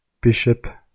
bishop